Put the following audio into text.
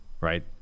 right